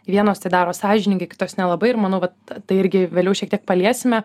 vienos tai daro sąžiningai kitos nelabai ir manau vat tai irgi vėliau šiek tiek paliesime